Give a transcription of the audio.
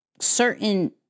certain